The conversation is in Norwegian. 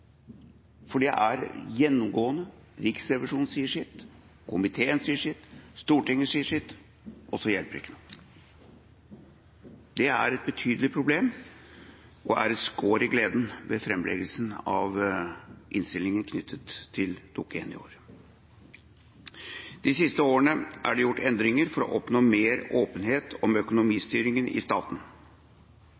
for det er gjennomgående. Riksrevisjonen sier sitt, komiteen sier sitt, Stortinget sier sitt, og så hjelper det ikke noe. Det er et betydelig problem og et skår i gleden ved framleggelsen av innstillinga knyttet til Dokument 1 i år. De siste årene er det gjort endringer for å oppnå mer åpenhet om